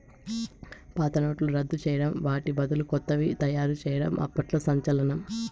పాత నోట్లను రద్దు చేయడం వాటి బదులు కొత్తవి తయారు చేయడం అప్పట్లో సంచలనం